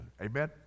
Amen